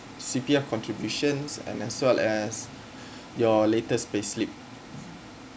C_P_F contribution and as well as your latest payslip